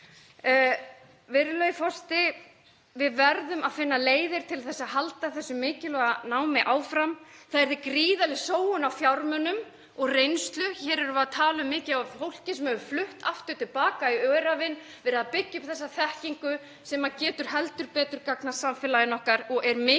Við verðum að finna leiðir til þess að halda þessu mikilvæga námi áfram. Annað yrði gríðarleg sóun á fjármunum og reynslu. Hér erum við að tala um mikið af fólki sem hefur flutt aftur til baka í Öræfin og hefur verið að byggja upp þessa þekkingu sem getur heldur betur gagnast samfélaginu okkar og er mikilvæg